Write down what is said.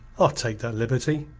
i'll take that liberty.